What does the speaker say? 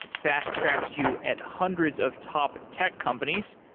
fast tracking you at hundreds of top tech companies.